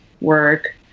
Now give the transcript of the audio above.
work